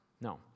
No